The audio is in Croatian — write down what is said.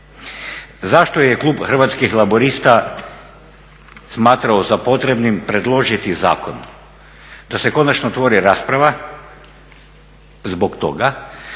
Zašto je klub Hrvatskih laburista smatrao za potrebnim predložiti zakon? Da se konačno otvori rasprava zbog toga